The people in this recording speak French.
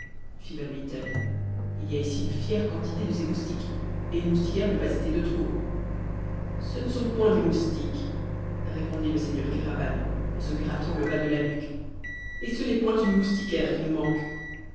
il y a ici une fière quantité de ces moustiques et une moustiquaire n'eût pas été de trop ce ne sont point des moustiques répondit le seigneur kéraban en se grattant le bas de la nuque et ce n'est point une moustiquaire qui nous manque